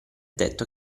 detto